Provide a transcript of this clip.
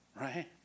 right